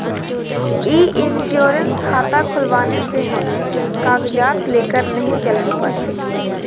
ई insurance खाता खुलवाने से हमें कागजात लेकर नहीं चलने पड़ते